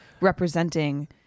representing